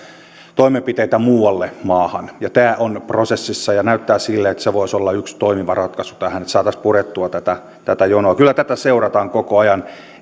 toimenpiteitä muualle maahan tämä on prosessissa ja näyttää siltä että se voisi olla yksi toimiva ratkaisu tähän niin että saataisiin purettua tätä tätä jonoa kyllä tätä seurataan koko ajan